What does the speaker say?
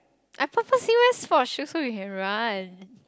I purposely wear sports shoe so we can run